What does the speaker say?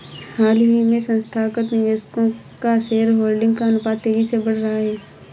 हाल ही में संस्थागत निवेशकों का शेयरहोल्डिंग का अनुपात तेज़ी से बढ़ रहा है